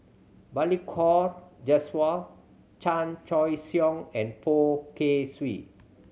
Balli Kaur Jaswal Chan Choy Siong and Poh Kay Swee